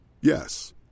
Yes